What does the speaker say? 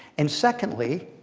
and secondly,